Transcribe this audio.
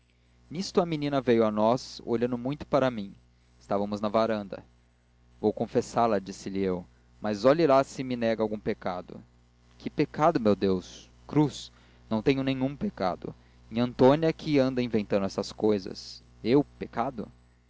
nisto a menina veio a nós olhando muito para mim estávamos na varanda vou confessá la disse-lhe eu mas olhe lá se me nega algum pecado que pecado meu deus cruz eu não tenho pecado nhãtônia é que anda inventando essas cousas eu pecado